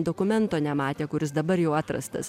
dokumento nematė kuris dabar jau atrastas